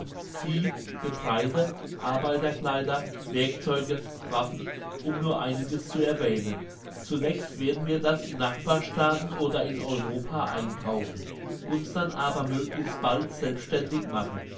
vieh getreide arbeiterkleider werkzeuge waffen um nur einiges zu erwähnen zunächst werden wir das in nachbarstaaten oder in europa einkaufen uns dann aber möglichst bald selbstständig machen